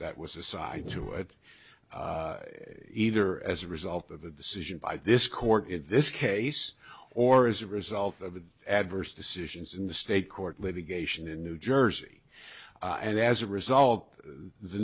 that was a side to it either as a result of a decision by this court in this case or as a result of the adverse decisions in the state court litigation in new jersey and as a result the